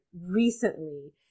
recently